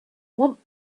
want